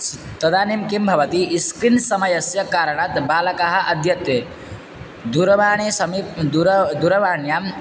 तदानीं किं भवति इस्क्रिन् समयस्य कारणात् बालकाः अद्यत्वे दूरवाणी समीपे दूरं दूरवाण्यां